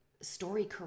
story